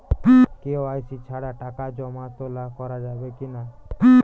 KYC ছাড়া টাকা জমা তোলা করা যাবে কি না?